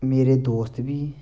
मेरे दोस्त बी